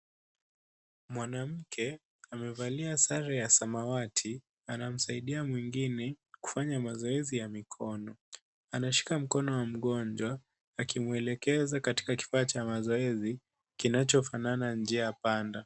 Mwanamke amevalia sare ya samwati anamsaidia mwingine kufanya mazoezi ya mikono. Anashika mkono wa mgonjwa akimwelekeza katika kifaa cha mazoezi kinachofanana na njia panda.